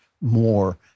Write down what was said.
more